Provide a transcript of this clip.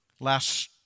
Last